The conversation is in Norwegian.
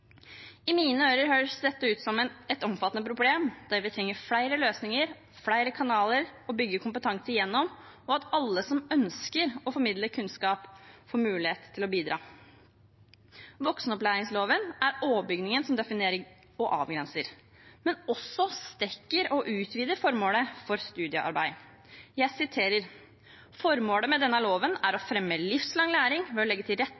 I mine ører høres dette ut som et omfattende problem, der vi trenger flere løsninger, flere kanaler å bygge kompetanse gjennom, og at alle som ønsker å formidle kunnskap, får mulighet til å bidra. Voksenopplæringsloven er overbygningen som definerer og avgrenser, men også strekker og utvider formålet for studiearbeid. Jeg siterer: «Formålet med denne loven er å fremme livslang læring ved å legge til rette